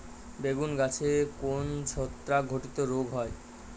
বেগুন গাছে কোন ছত্রাক ঘটিত রোগ হয়?